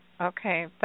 okay